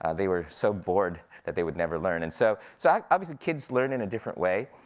ah they were so bored, that they would never learn. and so so like obviously kids learn in a different way,